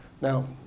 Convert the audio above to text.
Now